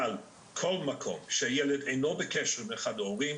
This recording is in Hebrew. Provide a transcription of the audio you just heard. כל מקום בו ילד אינו בקשר עם אחד מהוריו,